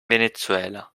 venezuela